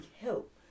help